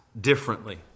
differently